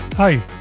Hi